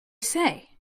say